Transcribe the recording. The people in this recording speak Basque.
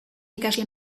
ikasle